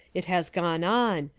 it has gone on.